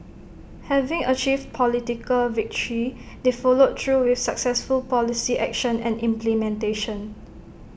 having achieved political victory they followed through with successful policy action and implementation